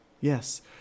Yes